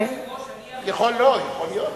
אדוני היושב-ראש,